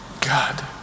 God